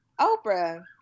Oprah